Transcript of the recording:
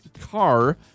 car